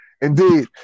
indeed